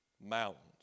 mountains